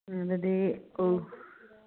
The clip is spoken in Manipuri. ꯑꯗꯨꯗꯤ ꯑꯥꯎ